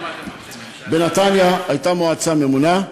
בנתניה הייתה מועצה ממונה,